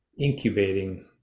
incubating